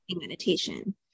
meditation